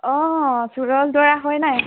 অঁ চুৰল বৰা হয় নাই